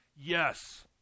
yes